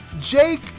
Jake